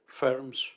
firms